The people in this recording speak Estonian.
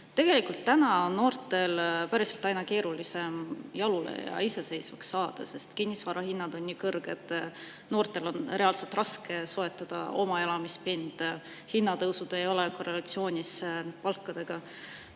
Tegelikult on noortel päriselt aina keerulisem jalule ja iseseisvaks saada, sest kinnisvara hinnad on nii kõrged. Noortel on reaalselt raske soetada oma elamispinda, hinnatõusud ei ole korrelatsioonis palkadega.